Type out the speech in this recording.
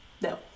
no